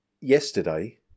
yesterday